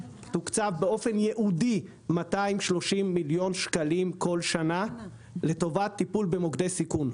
תוקצבו באופן ייעודי 230 מיליון שקלים כל שנה לטובת טיפול במוקדי סיכון.